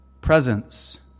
presence